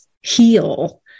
heal